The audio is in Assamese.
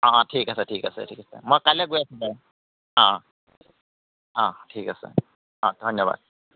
অঁ ঠিক আছে ঠিক আছে ঠিক আছে মই কাইলৈ গৈ আছো বাৰু অঁ অঁ ঠিক আছে অঁ ধন্যবাদ